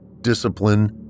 discipline